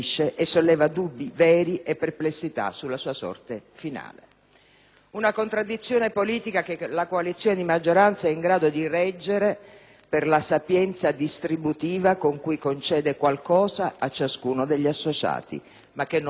Una contraddizione politica che la coalizione di maggioranza è in grado di reggere per la sapienza distributiva con cui concede qualcosa a ciascuno degli associati, ma che non può rassicurare il Paese e che mostrerà presto la corda.